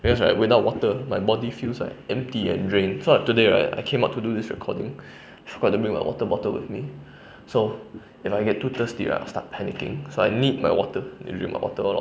because like without water my body feels like empty and drained so I today right I came out to do this recording I forget to bring my water bottle with me so if I get too thirsty right I'll start panicking so I need my water to drink my water a lot